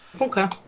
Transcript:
Okay